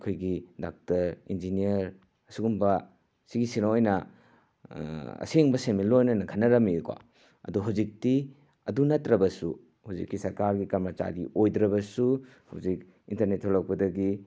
ꯑꯩꯈꯣꯏꯒꯤ doctor engineer ꯑꯁꯨꯒꯨꯝꯕ ꯁꯤꯒꯤꯁꯤꯅ ꯑꯣꯏꯅ ꯑꯁꯦꯡꯕ ꯁꯦꯟꯃꯤꯠꯂꯣꯟ ꯑꯣꯏꯅ ꯈꯟꯅꯔꯝꯃꯦꯕꯀꯣ ꯑꯗꯣ ꯍꯧꯖꯤꯛꯇꯤ ꯑꯗꯨ ꯅꯠꯇ꯭ꯔꯕꯁꯨ ꯍꯧꯖꯤꯛꯀꯤ ꯁꯔꯀꯥꯔꯒꯤ ꯀꯔꯃꯆꯥꯔꯤ ꯑꯣꯏꯗ꯭ꯔꯕꯁꯨ ꯍꯧꯖꯤꯛ ꯏꯟꯇꯔꯅꯦꯠ ꯊꯣꯛꯂꯛꯄꯗꯒꯤ